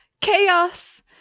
chaos